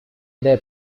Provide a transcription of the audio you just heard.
their